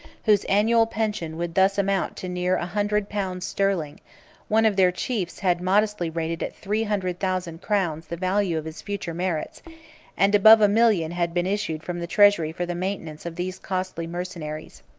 whose annual pension would thus amount to near a hundred pounds sterling one of their chiefs had modestly rated at three hundred thousand crowns the value of his future merits and above a million had been issued from the treasury for the maintenance of these costly mercenaries.